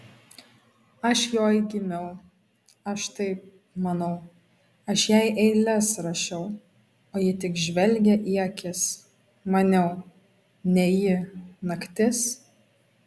aš joj gimiau aš taip manau aš jai eiles rašiau o ji tik žvelgė į akis maniau ne ji naktis